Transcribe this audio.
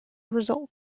result